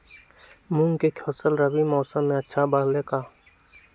मूंग के फसल रबी मौसम में अच्छा से बढ़ ले का?